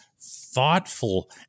thoughtful